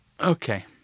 okay